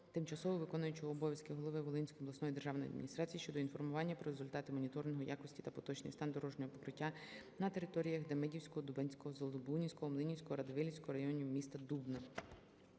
тимчасово виконуючого обов'язки голови Волинської обласної державної адміністрації щодо інформування про результати моніторингу якості та поточний стан дорожнього покриття на територіях Демидівського, Дубенського, Здолбунівського, Млинівського, Радивилівського районів та міста Дубно.